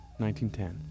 1910